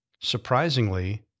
Surprisingly